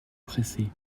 presser